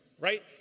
right